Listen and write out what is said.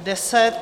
10.